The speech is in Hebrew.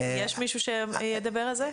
יש מישהו שידבר על זה?